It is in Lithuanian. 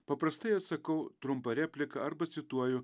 paprastai atsakau trumpą repliką arba cituoju